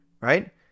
right